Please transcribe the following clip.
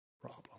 problem